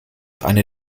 eine